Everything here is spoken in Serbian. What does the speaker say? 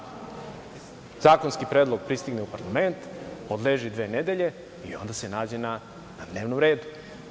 Znači, zakonski predlog pristigne u parlament, odleži dve nedelje i onda se nađe na dnevnom redu.